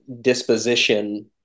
disposition